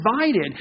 divided